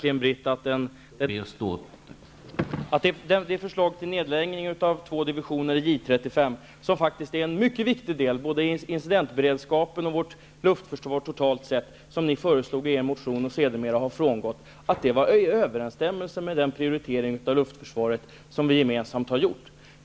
Herr talman! Menar verkligen Britt Bohlin att förslaget att lägga ned två divisioner J 35 -- vilket ni har krävt i en motion och som ni sedermera har frångått --, som är en mycket viktig del, både för incidentberedskapen och för vårt luftförsvar totalt sett, var i överensstämmelse med den prioritering av luftförsvaret som vi gemensamt har gjort?